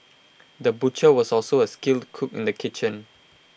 the butcher was also A skilled cook in the kitchen